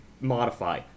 modify